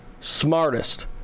smartest